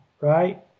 right